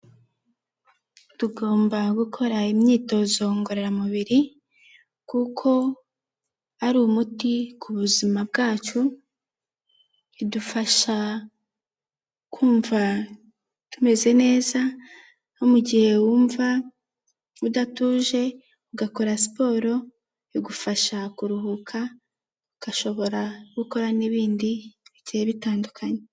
Tugomba gukora imyitozo ngororamubiri, kuko ari umuti ku buzima bwacu, idufasha kumva tumeze neza, no mu gihe wumva udatuje ugakora siporo, igufasha kuruhuka ugashobora gukora n'ibindi bigiye bitandukanye.